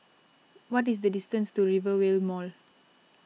what is the distance to Rivervale Mall